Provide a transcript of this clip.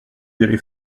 d’aller